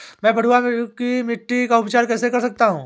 मैं पडुआ की मिट्टी का उपचार कैसे कर सकता हूँ?